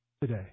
today